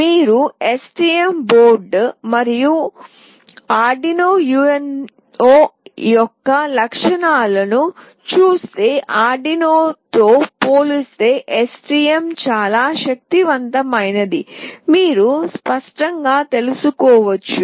మీరు STM board మరియు Arduino UNO యొక్క లక్షణాలను చూస్తే Arduino తో పోలిస్తే STM చాలా శక్తివంతమైనదని మీరు స్పష్టంగా తెలుసుకోవచ్చు